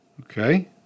Okay